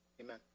Amen